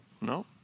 No